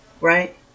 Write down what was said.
right